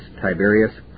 Tiberius